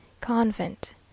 Convent